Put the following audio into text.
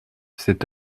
cet